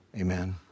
amen